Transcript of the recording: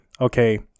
okay